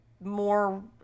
more